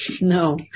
No